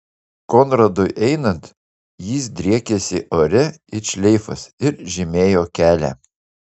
konradui einant jis driekėsi ore it šleifas ir žymėjo kelią